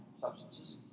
substances